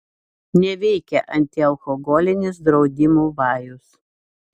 neveikia antialkoholinis draudimų vajus